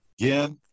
Again